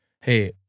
hey